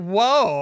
Whoa